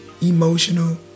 emotional